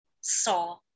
saw